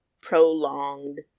prolonged